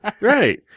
Right